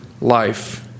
life